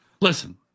Listen